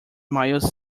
miles